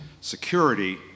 security